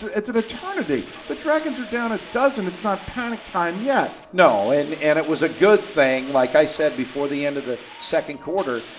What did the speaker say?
it's an eternity. but dragons are down a dozen. it's not panic time yet. no, and and it was a good thing, like i said before the end of the second quarter,